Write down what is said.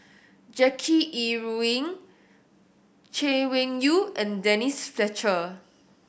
Jackie Yi Ru Ying Chay Weng Yew and Denise Fletcher